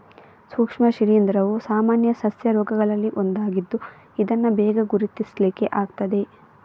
ಸೂಕ್ಷ್ಮ ಶಿಲೀಂಧ್ರವು ಸಾಮಾನ್ಯ ಸಸ್ಯ ರೋಗಗಳಲ್ಲಿ ಒಂದಾಗಿದ್ದು ಇದನ್ನ ಬೇಗ ಗುರುತಿಸ್ಲಿಕ್ಕೆ ಆಗ್ತದೆ